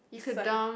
it's like